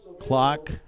Clock